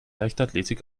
leichtathletik